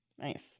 Nice